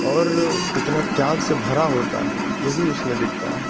और कितना त्याग से भरा होता है यह भी उसमें दिखता है